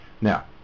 Now